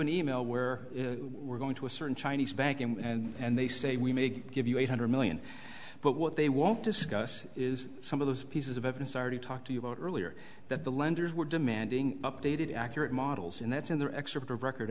an e mail where we're going to a certain chinese bank and they say we may give you eight hundred million but what they won't discuss is some of those pieces of evidence already talked to you about earlier that the lenders were demanding updated accurate models and that's in their excerpt of record